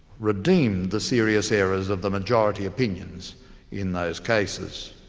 redeemed the serious errors of the majority opinions in those cases.